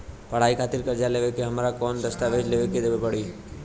पढ़ाई खातिर कर्जा लेवेला हमरा कौन दस्तावेज़ देवे के पड़ी?